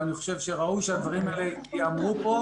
אבל ראוי שהדברים האלה ייאמרו פה.